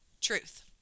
truth